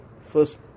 First